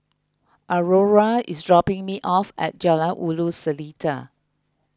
Aurora is dropping me off at Jalan Ulu Seletar